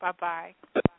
bye-bye